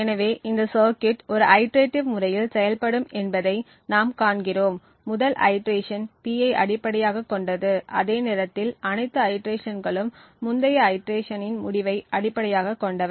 எனவே இந்த சர்க்யூட் ஒரு ஐடிரேடிவ் முறையில் செயல்படும் என்பதை நாம் காண்கிறோம் முதல் ஐடிரேஷன் P ஐ அடிப்படையாகக் கொண்டது அதே நேரத்தில் அனைத்து ஐடிரேஷன்களும் முந்தைய ஐடிரேஷனின் முடிவை அடிப்படையாகக் கொண்டவை